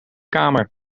kamer